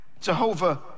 Jehovah